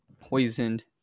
poisoned